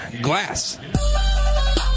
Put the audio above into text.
Glass